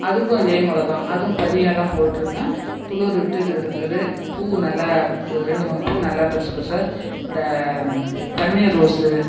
அதுக்கும் இதே முறை தான் அதுவும் பதியம்லாம் போட்டுருக்கேன் துளிர் விட்டுகிட்டு இருக்குது பூ நல்லா ரெண்டு மூணு பூ நல்லா பெருசு பெருசாக இந்த பன்னீர் ரோஸு